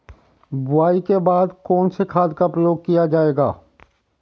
बुआई के बाद कौन से खाद का प्रयोग किया जायेगा?